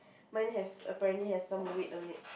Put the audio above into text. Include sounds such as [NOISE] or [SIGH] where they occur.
[BREATH] mine has apparently has some of it no need